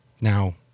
Now